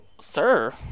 Sir